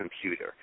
computer